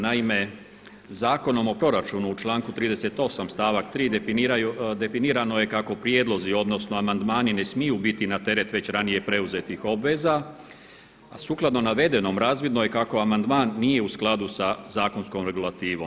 Naime, Zakonom o proračunu u članku 38. stavak 3. definirano je kako prijedlozi, odnosno amandmani ne smiju biti na teret već ranije preuzetih obveza, a sukladno navedenom razvidno je kako amandman nije u skladu sa zakonskom regulativom.